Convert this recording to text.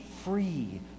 free